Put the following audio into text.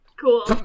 cool